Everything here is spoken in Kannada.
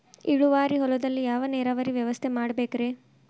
ಇಳುವಾರಿ ಹೊಲದಲ್ಲಿ ಯಾವ ನೇರಾವರಿ ವ್ಯವಸ್ಥೆ ಮಾಡಬೇಕ್ ರೇ?